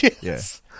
yes